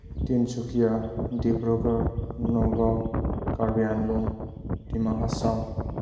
Tinsukia Dibrugarh Nagaon Karbi Anglong Dima Hasao